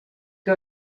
que